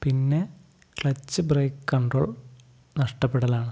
പിന്നെ clutch brake control നഷ്ടപ്പെടലാണ്